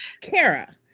Kara